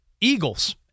Eagles